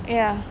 ya